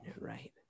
right